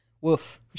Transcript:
Woof